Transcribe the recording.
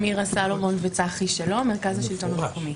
מירה סלומון וצחי שלום, מרכז השלטון המקומי.